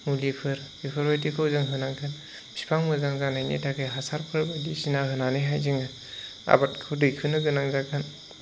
मुलिफोर बेफोरबायदिखौ जों होनांगोन बिफां मोजां जानायनि थाखाय हासारफोर बायदिसिना होनानैहाय जोङो आबादखौ दैखोनो गोनां जागोन